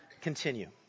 continue